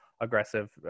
aggressive